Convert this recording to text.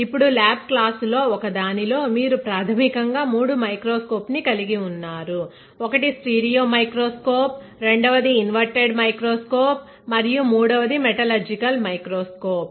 ఇప్పుడు ల్యాబ్ క్లాసులో ఒక దానిలో మీరు ప్రాథమికంగా మూడు మైక్రోస్కోప్ ని కలిగి ఉన్నారుఒకటి స్టీరియో మైక్రోస్కోప్రెండవది ఇన్వర్టెడ్ మైక్రోస్కోప్మరియు మూడవది మెటలర్జికల్ మైక్రోస్కోప్